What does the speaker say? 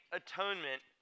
atonement